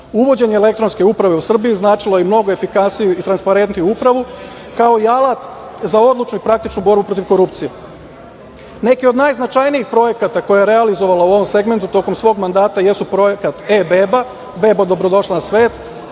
Uvođenje elektronske uprave u Srbiji značilo je i mnogo efikasniju i transparentniju upravu, kao i alat za odlučnu i praktičnu borbu protiv korupcije. Neki od najznačajnijih projekata koje je realizovala u ovom segmentu tokom svog mandata jesu projekat eBeba, „Bebo, dobrodošla na svet“,